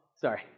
Sorry